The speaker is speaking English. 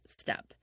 step